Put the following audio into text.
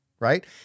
right